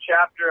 chapter